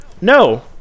No